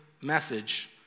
message